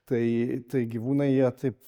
tai tai gyvūnai jie taip